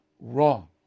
wrong